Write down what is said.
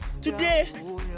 Today